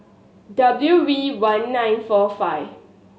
W V one nine four five